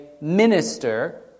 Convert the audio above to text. minister